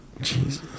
jesus